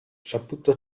saputo